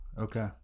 okay